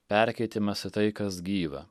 perkeitimas į tai kas gyva